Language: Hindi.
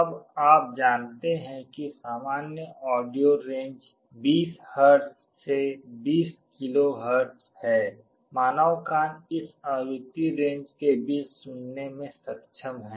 अब आप जानते हैं कि सामान्य ऑडियो रेंज 20 हर्ट्ज से 20 किलोहर्ट्ज है मानव कान इस आवृत्ति रेंज के बीच सुनने में सक्षम है